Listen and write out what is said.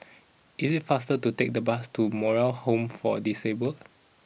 is it faster to take the bus to Moral Home for Disabled